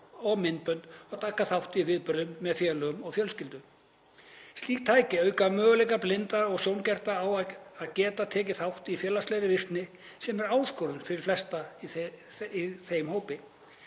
og myndbönd og taka þátt í viðburðum með félögum og fjölskyldu. Slík tæki auka möguleika blindra og sjónskertra á að geta tekið þátt í félagslegri virkni sem er áskorun fyrir flesta í þeim hópi.